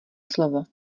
slovo